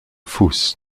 fuß